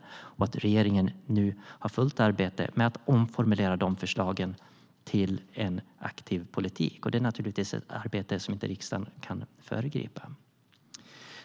Nu har regeringen fullt arbete med att omformulera de förslagen till en aktiv politik. Det är naturligtvis ett arbete som riksdagen inte kan föregripa.